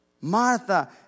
Martha